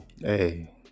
Hey